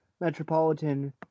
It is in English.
Metropolitan